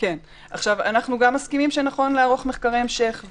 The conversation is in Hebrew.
אנחנו גם מסכימים שנכון לערוך מחקרי המשך,